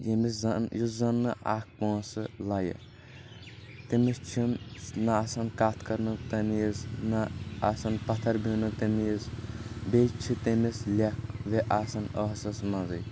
یٔمِس زَن یُس زَن نہٕ اکھ پونٛسہٕ لیہِ تٔمِس چھُنہٕ نہ آسان کتھ کرنُک تٔمیٖز نہ آسان پتھر بیہنُک تٔمیٖز بییٚہِِ چھِ تٔمِس لٮ۪کھ آسان ٲسس منٛزٕے